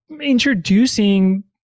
introducing